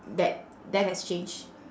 that that has changed